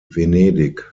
venedig